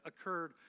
occurred